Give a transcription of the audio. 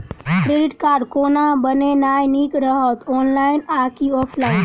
Credit card कोना बनेनाय नीक रहत? ऑनलाइन आ की ऑफलाइन?